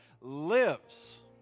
lives